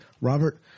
Robert